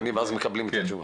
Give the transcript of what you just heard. הם פונים ואז מקבלים את התשובה?